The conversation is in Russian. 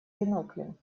биноклем